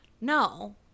No